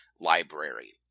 library